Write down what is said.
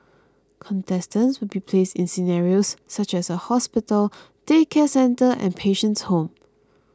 contestants will be placed in scenarios such as a hospital daycare centre and patient's home